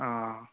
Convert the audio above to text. অঁ